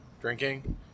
drinking